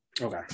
Okay